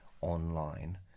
online